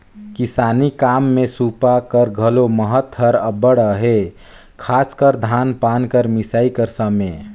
किसानी काम मे सूपा कर घलो महत हर अब्बड़ अहे, खासकर धान पान कर मिसई कर समे